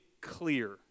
clear